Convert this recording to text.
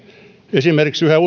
esimerkiksi yhä